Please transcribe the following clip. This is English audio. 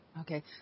Okay